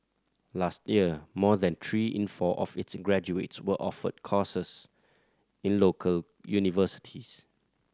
last year more than three in four of its graduates were offered courses in local universities